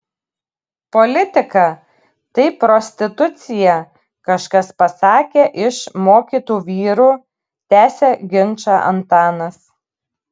politika tai prostitucija kažkas pasakė iš mokytų vyrų tęsia ginčą antanas